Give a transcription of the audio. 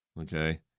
Okay